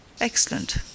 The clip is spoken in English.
Excellent